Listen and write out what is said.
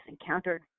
encountered